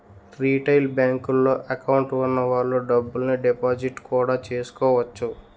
retail బేంకుల్లో account వున్న వాళ్ళు డబ్బుల్ని డిపాజిట్టు కూడా చేసుకోవచ్చు